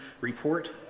report